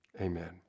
Amen